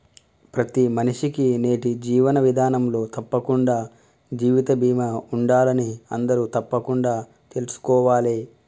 ప్రతి మనిషికీ నేటి జీవన విధానంలో తప్పకుండా జీవిత బీమా ఉండాలని అందరూ తప్పకుండా తెల్సుకోవాలే